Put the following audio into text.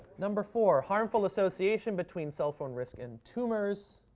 number four, harmful association between cell phone risk and tumors.